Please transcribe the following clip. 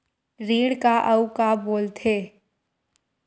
ऋण का अउ का बोल थे?